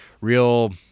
real